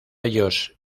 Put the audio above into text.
ellos